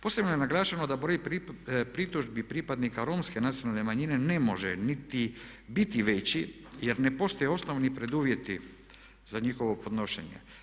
Posebno je naglašeno da broj pritužbi pripadnika romske nacionalne manjine ne može niti biti veći, jer ne postoje osnovni preduvjeti za njihovo podnošenje.